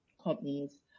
companies